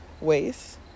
ways